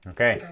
Okay